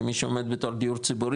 כי מי שעומד בתור ציבורי,